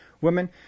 women